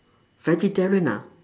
vegetarian ah